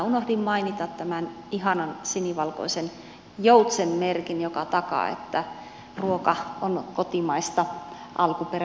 unohdin mainita tämän ihanan sinivalkoisen joutsenmerkin joka takaa että ruoka on kotimaista alkuperää